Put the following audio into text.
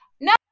No